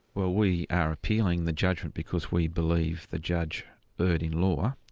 well we are appealing the judgment because we believe the judge erred in law.